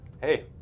Hey